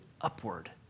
upward